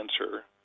answer